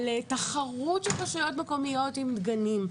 על תחרות של רשויות מקומיות עם גנים,